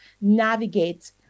navigate